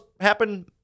happen